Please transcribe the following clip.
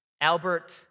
Albert